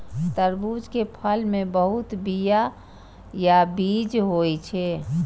तरबूज के फल मे बहुत बीया या बीज होइ छै